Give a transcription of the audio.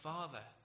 Father